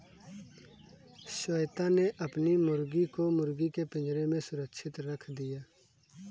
श्वेता ने अपनी मुर्गी को मुर्गी के पिंजरे में सुरक्षित रख दिया